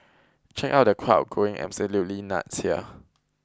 check out the crowd going absolutely nuts here